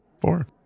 Four